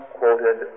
quoted